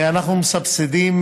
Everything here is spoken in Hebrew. ואנחנו מסבסדים